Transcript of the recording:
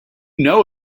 know